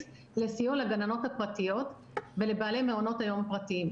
לסיוע לגננות הפרטיות ולבעלי מעונות היום הפרטיים.